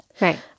right